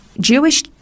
Jewish